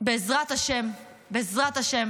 בעזרת השם, בעזרת השם